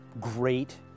great